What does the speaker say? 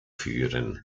führen